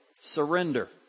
Surrender